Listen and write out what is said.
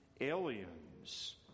aliens